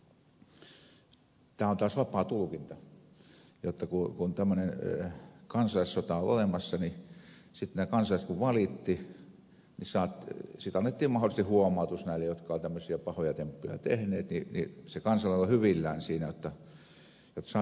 se on tehty sen takia jotta tämä on taas vapaa tulkinta kun tämmöinen kansalaissota oli olemassa niin sitten kun nämä kansalaiset valittivat siitä annettiin mahdollisesti huomautus näille jotka olivat tämmöisiä pahoja temppuja tehneet ja se kansalainen oli hyvillään siinä jotta saatiinpas näpäytettyä tätä virkamiestä